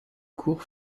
cour